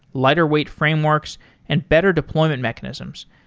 lighter weight frameworks and better deployment mechanisms,